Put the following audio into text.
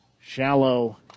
shallow